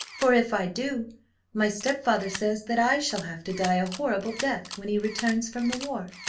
for if i do my stepfather says that i shall have to die a horrible death when he returns from the war.